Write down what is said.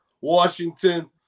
Washington